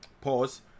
Pause